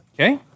Okay